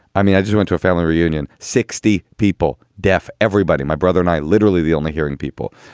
i mean, i just went to a family reunion, sixty people, deaf, everybody. my brother and i literally the only hearing people,